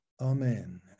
Amen